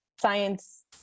science